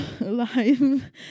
alive